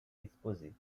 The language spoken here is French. exposés